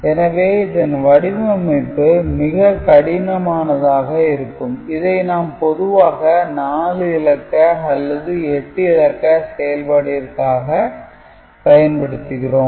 எனவே இதன் வடிவமைப்பு மிக கடினமானதாக இருக்கும் இதை நாம் பொதுவாக 4 இலக்க அல்லது 8 இலக்க செயல்பாட்டிற்காக பயன்படுத்துகிறோம்